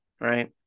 Right